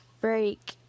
break